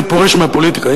אני פורש מהפוליטיקה.